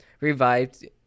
revived